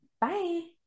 bye